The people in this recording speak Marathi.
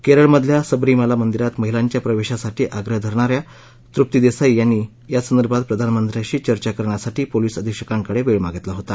केरळमधल्या सबरीमला मंदिरात महिलांच्या प्रवेशासाठी आग्रह धरणाऱ्या तृप्ती देसाई यांनी या संदर्भात प्रधानमंत्र्यांशी चर्चा करण्यासाठी पोलिस अधिक्षकांकडे वेळ मागितला होता